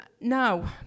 now